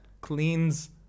cleans